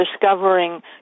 discovering